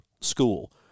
school